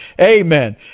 Amen